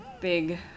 big